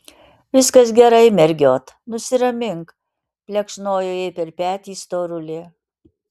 viskas gerai mergiot nusiramink plekšnojo jai per petį storulė